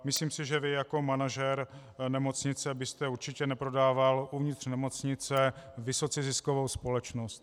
Myslím si, že vy jako manažer nemocnice byste určitě neprodával uvnitř nemocnice vysoce ziskovou společnost.